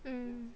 mm